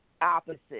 opposite